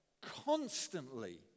constantly